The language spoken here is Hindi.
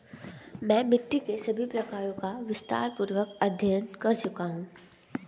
मैं मिट्टी के सभी प्रकारों का विस्तारपूर्वक अध्ययन कर चुका हूं